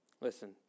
Listen